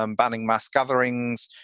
um banning mass coverings,